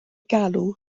galw